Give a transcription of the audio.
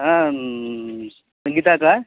हां संगीता काय